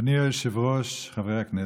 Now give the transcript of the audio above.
אדוני היושב-ראש, חברי הכנסת,